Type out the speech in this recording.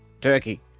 turkey